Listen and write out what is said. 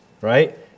right